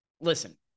listen